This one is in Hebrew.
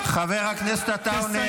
חבר הכנסת עטאונה.